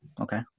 okay